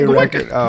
record